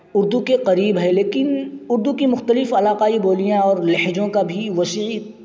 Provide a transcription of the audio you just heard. اردو کے قریب ہے لیکن اردو کی مختلف علاقائی بولیاں اور لہجوں کا بھی وسیع